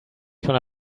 gonna